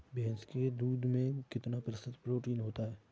भैंस के दूध में कितना प्रतिशत प्रोटीन होता है?